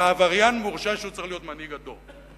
בעבריין מורשע שצריך להיות מנהיג הדור.